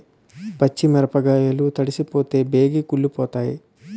పచ్చి మిరపకాయలు తడిసిపోతే బేగి కుళ్ళిపోతాయి